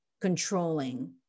controlling